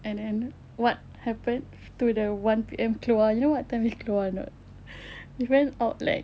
and then what happened to the one P_M keluar you know what time we keluar or not we went out like